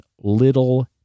little